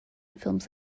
films